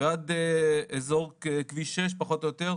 ועד אזור כביש 6 פחות או יותר,